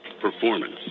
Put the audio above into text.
performance